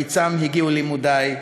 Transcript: / לקצם הגיעו לימודי,